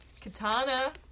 katana